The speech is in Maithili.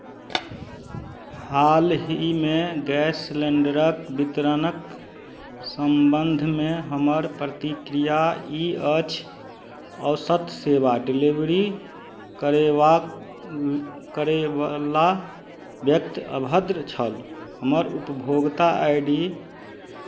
हालहिमे गैस सिलिण्डरक वितरणक सम्बन्धमे हमर प्रतिक्रिया ई अछि औसत सेवा डिलेबरी करेबाक करयवला व्यक्त अभद्र छल हमर उपभोगता आई डी